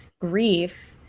grief